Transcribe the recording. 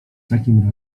takim